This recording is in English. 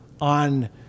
on